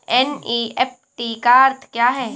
NEFT का अर्थ क्या है?